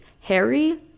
Harry